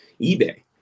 eBay